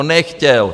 Nechtěl.